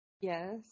Yes